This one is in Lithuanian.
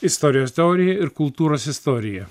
istorijos teorija ir kultūros istorija